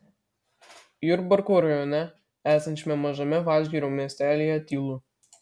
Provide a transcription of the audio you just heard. jurbarko rajone esančiame mažame vadžgirio miestelyje tylu